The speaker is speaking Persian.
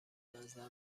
نظر